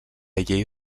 llei